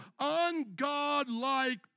Ungodlike